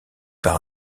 par